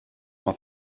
sont